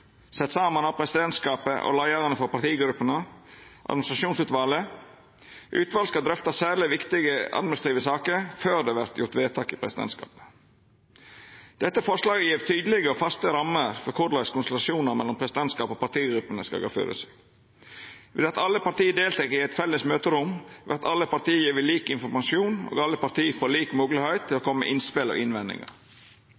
sett saman av presidentskapet og leiarane for partigruppene – administrasjonsutvalet, som skal drøfta særleg viktige administrative saker før det vert gjort vedtak i presidentskapet – er eit forslag som gjev tydelege og faste rammer for korleis konsultasjonane mellom presidentskapet og partigruppene skal gå føre seg, ved at alle parti deltek i eit felles møterom, er gjevne lik informasjon og får lik moglegheit til å